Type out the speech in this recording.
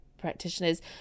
practitioners